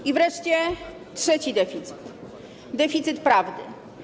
I wreszcie trzeci deficyt, deficyt prawdy.